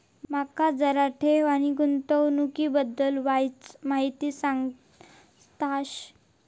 माका जरा ठेव आणि गुंतवणूकी बद्दल वायचं माहिती सांगशात?